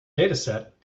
dataset